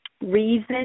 reason